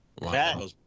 Wow